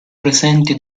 presenti